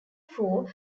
four